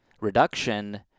reduction